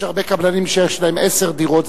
יש הרבה קבלנים שיש להם עשר דירות.